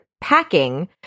packing